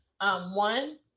One